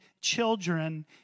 children